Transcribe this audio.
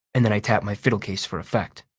and then i tap my fiddle case for effect.